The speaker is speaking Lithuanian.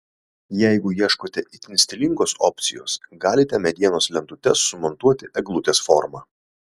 jeigu ieškote itin stilingos opcijos galite medienos lentutes sumontuoti eglutės forma